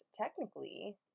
technically